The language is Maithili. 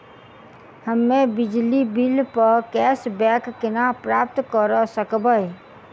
हम्मे बिजली बिल प कैशबैक केना प्राप्त करऽ सकबै?